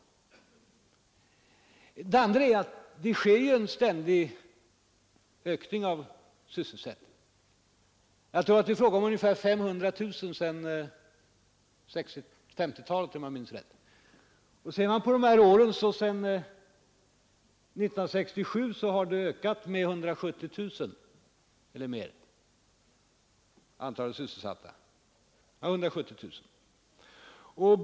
För det andra sker det en ständig ökning av sysselsättningen — jag tror att det är fråga om ungefär 500 000 sedan 1950-talet. Sedan 1967 har antalet sysselsatta ökat med 170 000.